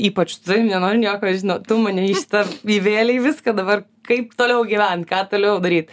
ypač nenoriu nieko žinot tu mane į šitą įvėlei į viską dabar kaip toliau gyvent ką toliau daryt